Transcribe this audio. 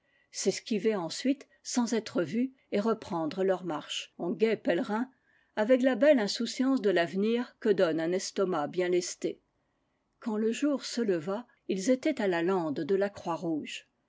servi s'esquiver ensuite sans être vus et reprendre leur marche en gais pèlerins avec la belle insouciance de l'avenir que donne un estomac bien lesté quand le jour se leva ils étaient à la lande de la